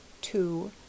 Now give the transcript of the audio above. two